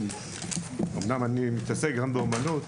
אמנם אני מתעסק גם באמנות,